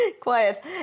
quiet